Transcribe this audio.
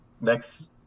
next